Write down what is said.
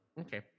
Okay